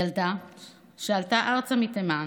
ילדה שעלתה ארצה מתימן,